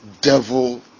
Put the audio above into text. devil